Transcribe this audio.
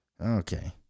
okay